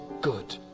good